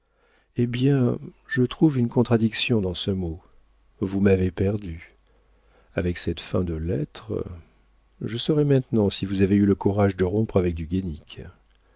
eh bien je trouve une contradiction dans ce mot vous m'avez perdue avec cette fin de lettre je saurai maintenant si vous avez eu le courage de rompre avec du